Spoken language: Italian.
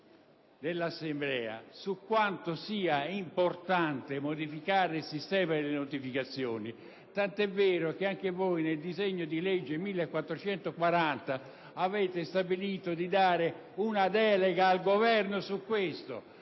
dell'Assemblea su quanto sia importante modificare il sistema delle notificazioni, tant'è vero che anche voi nel disegno di legge n. 1440 avete stabilito una delega al Governo in materia: